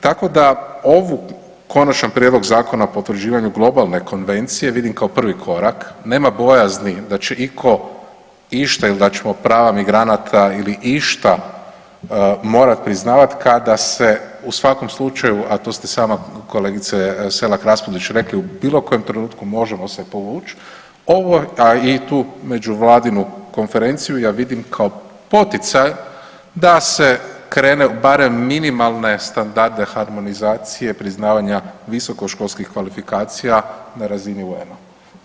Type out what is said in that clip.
Tako da ovaj Konačan prijedlog Zakona o potvrđivanju globalne konvencije vidim kao prvi korak, nema bojazni da će iko išta ili da ćemo prava migranata ili išta morat priznavat kada se u svakom slučaju, a to ste sama kolegice Selak Raspudić rekli, u bilo kojem trenutku možemo se povuć, a i tu međuvladinu konferenciju ja vidim kao poticaj da se krene barem u minimalne standarde harmonizacije priznavanja visokoškolskih kvalifikacija na razini UN-a.